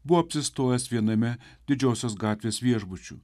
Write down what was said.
buvo apsistojęs viename didžiosios gatvės viešbučių